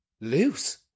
Loose